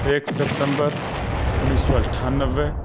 ایک سپتمبر انیس سو اٹھانوے